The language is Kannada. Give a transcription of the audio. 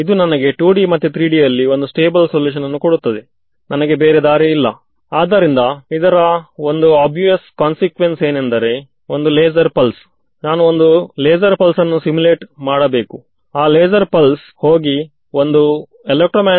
ಹೈಗೆನ್ಸ್ ತತ್ತ್ವ ತಿಳಿಸುವುದೇನೆಂದರೆ ನನಗೆ tangential field on a close control ತಿಳಿದಿದ್ದರೆ ಅದು ಲೈಕ್ ಆಗಿ ಆಕ್ಟ್ ಆಗುತ್ತದೆ